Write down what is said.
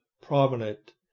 prominent